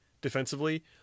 defensively